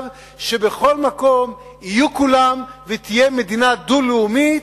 שבכל מקום יהיו כולם ותהיה מדינה דו-לאומית?